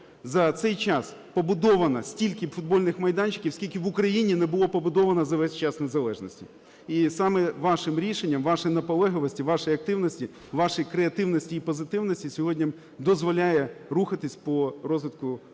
за цей час побудовано стільки футбольних майданчиків, скільки в Україні не було побудовано за весь час незалежності. І саме вашим рішенням, вашій наполегливості, вашій активності, вашій креативності і позитивності сьогодні дозволяє рухатися по розвитку